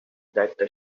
that